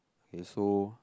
k so